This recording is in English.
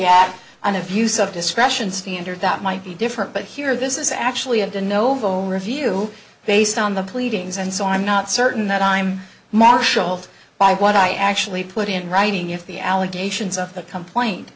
at an abuse of discretion standard that might be different but here this is actually a de novo review based on the pleadings and so i'm not certain that i'm marshall by what i actually put in writing if the allegations of the complaint